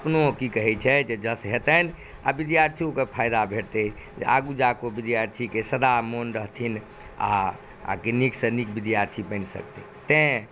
कोनो की कहै छै जे जस हेतैनि आ विद्यार्थियोके फायदा भेटतै जे आगू जाकऽ विद्यार्थीके सदा मोन रहथिन आ कि नीकसँ नीक विद्यार्थी बनि सकतै तैॅं